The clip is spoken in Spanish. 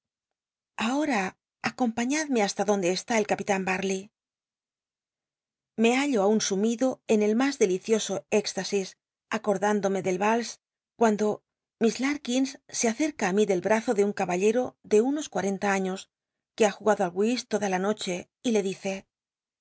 acompañadrne hasta dond e cst i el capitán barry me hallo aun sumido en el mas delicioso éxtasis acordündome del rals cuando miss larkins se acerca r mi del llmzo de un caballero de unos cuarenta aiios que ha jugado al whist toda la noche y le dice